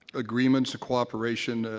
agreements of cooperation,